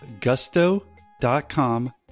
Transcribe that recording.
gusto.com